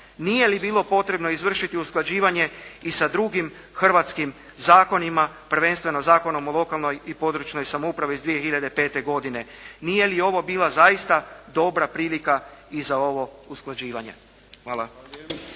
Nije li bilo potrebno izvršiti usklađivanje i sa drugim hrvatskim zakonima, prvenstveno Zakonom o lokalnoj i područnoj samoupravi iz 2005. godine? Nije li ovo bila zaista dobra prilika i za ovo usklađivanje? Hvala.